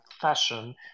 fashion